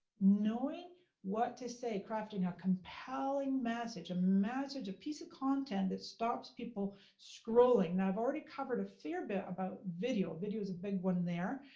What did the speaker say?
knowing what to say, crafting a compelling message. a message, a piece of content, that stops people scrolling. now i've already covered a fair bit about video, video's a big one there.